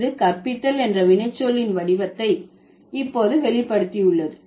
இது கற்பித்தல் என்ற வினைச்சொல்லின் வடிவத்தை இப்போது வெளிப்படுத்தியுள்ளது